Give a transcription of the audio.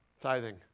Tithing